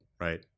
Right